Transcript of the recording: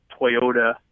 Toyota